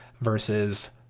versus